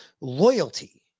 Loyalty